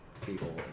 people